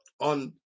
on